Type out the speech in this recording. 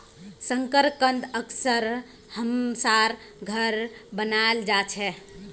शकरकंद अक्सर हमसार घरत बनाल जा छे